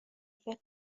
فکر